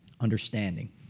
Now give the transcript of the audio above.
understanding